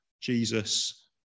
Jesus